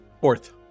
Fourth